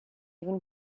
even